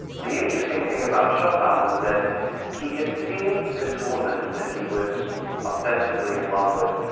the interesting thing about chopin was that he had seen this woman that he was ostensibly in love with